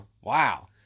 Wow